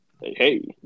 Hey